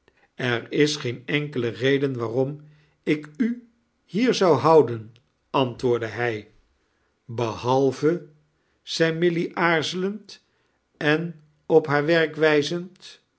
er is geen enkele reden waarom ik u hier zou houden antwoordde hij behalve zei milly aarzelend en op haar